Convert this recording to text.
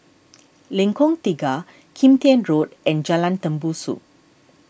Lengkong Tiga Kim Tian Road and Jalan Tembusu